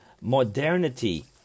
modernity